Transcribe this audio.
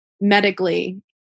medically